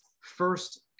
first